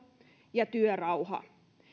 ja työrauha